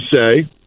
say